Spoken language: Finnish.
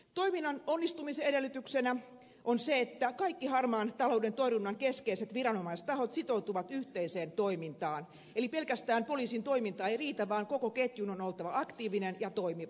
toiminnan onnistumisedellytyksenä on se että kaikki harmaan talouden torjunnan keskeiset viranomaistahot sitoutuvat yhteiseen toimintaan eli pelkästään poliisin toiminta ei riitä vaan koko ketjun on oltava aktiivinen ja toimiva